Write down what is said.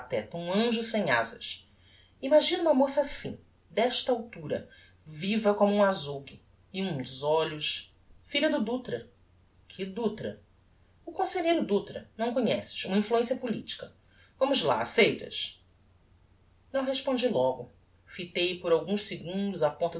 pateta um anjo sem azas imagina uma moça assim desta altura viva como um azougue e uns olhos filha do dutra que dutra o conselheiro dutra não conheces uma influencia politica vamos lá aceitas não respondi logo fitei por alguns segundos a